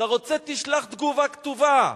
אתה רוצה, תשלח תגובה כתובה.